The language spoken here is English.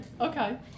Okay